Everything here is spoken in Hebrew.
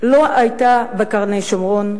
לא היתה בקרני-שומרון,